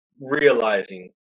realizing